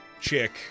chick